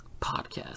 podcast